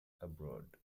abroad